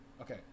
Okay